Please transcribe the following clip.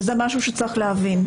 וזה משהו שצריך להבין.